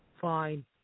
fine